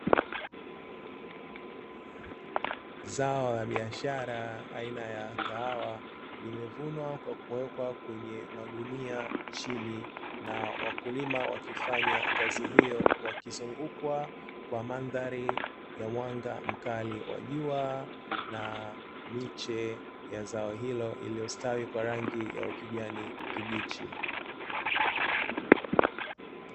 Zao la biashara aina ya kahawa iliyovunwa kwa kuwekwa kwenye magunia chini na wakulima wakifanya kazi hiyo, kuzungukwa kwa mandhari ya mwanga mkali wa jua na miche ya zao hilo iliyostawi kwa rangi ya kijani kibichi.